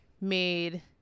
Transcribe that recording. made